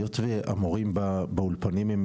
היות והמורים באולפנים הם,